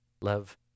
love